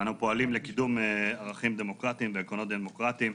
אנחנו פועלים לקידום ערכים דמוקרטיים ועקרונות דמוקרטיים.